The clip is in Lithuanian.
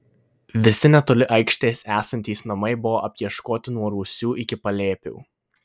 visi netoli aikštės esantys namai buvo apieškoti nuo rūsių iki palėpių